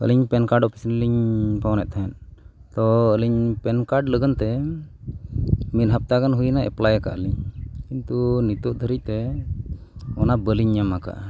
ᱟᱹᱞᱤᱧ PAN card office ᱨᱮᱞᱤᱧ phone ᱮᱫ ᱛᱟᱦᱮᱸᱫ ᱛᱳ ᱟᱹᱞᱤᱧ ᱯᱮᱱ ᱠᱟᱨᱰ ᱞᱟᱹᱜᱤᱫ ᱢᱤᱫ ᱦᱟᱯᱛᱟ ᱜᱟᱱ ᱦᱩᱭᱱᱟ ᱮᱯᱞᱟᱭ ᱠᱟᱫ ᱞᱤᱧ ᱠᱤᱱᱛᱩ ᱱᱤᱛᱚᱜ ᱫᱷᱟᱹᱨᱤᱡ ᱛᱮ ᱚᱱᱟ ᱵᱟᱹᱞᱤᱧ ᱧᱟᱢ ᱠᱟᱜᱼᱟ